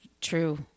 true –